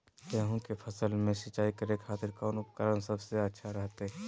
गेहूं के फसल में सिंचाई करे खातिर कौन उपकरण सबसे अच्छा रहतय?